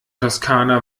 toskana